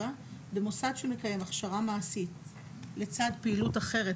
"(4) במוסד שמקיים הכשרה מעשית לצד פעילות אחרת